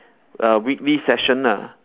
uh weekly session ah